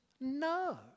No